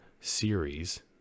series